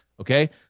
okay